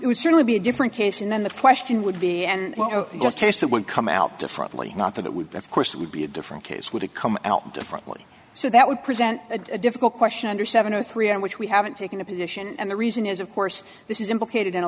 it would certainly be a different case and then the question would be and just case that would come out differently not that it would of course it would be a different case would it come out differently so that would present a difficult question and or seven or three on which we haven't taken a position and the reason is of course this is implicated in a